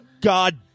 god